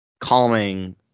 calming